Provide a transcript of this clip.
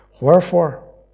Wherefore